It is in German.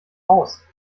aus